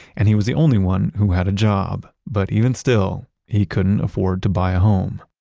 and he was the only one who had a job, but even still, he couldn't afford to buy a home.